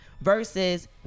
versus